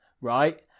Right